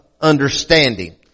understanding